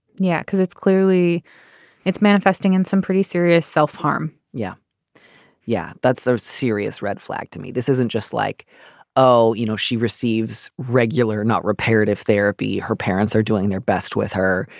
yeah because it's clearly it's manifesting in some pretty serious self-harm yeah yeah that's a serious red flag to me. this isn't just like oh you know she receives regular not reparative therapy her parents are doing their best with her.